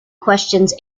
questions